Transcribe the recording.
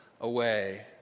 away